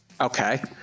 Okay